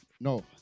No